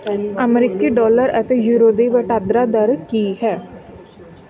ਅਮਰੀਕੀ ਡਾਲਰ ਅਤੇ ਯੂਰੋ ਦੀ ਵਟਾਂਦਰਾ ਦਰ ਕੀ ਹੈ